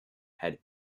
had